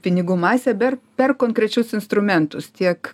pinigų masę ber per konkrečius instrumentus tiek